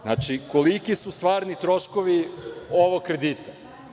Znači, koliki su stvarni troškovi ovog kredita?